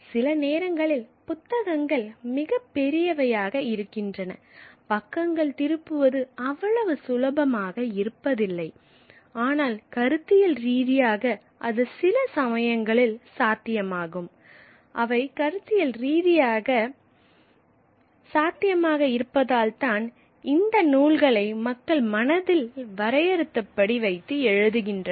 சில நேரங்களில் புத்தகங்கள் மிகப் பெரியவையாக இருக்கின்றன பக்கங்களை திருப்புவது அவ்வளவு சுலபமாக இருப்பதில்லை ஆனால் கருத்தியல் ரீதியாக அது சில சமயங்களில் சாத்தியமாகும் அவை கருத்தியல் ரீதியாக சாத்தியமாக இருப்பதால்தான் இந்த நூல்களை மக்கள் மனதில் வரையறுத்த படி எழுதுகின்றனர்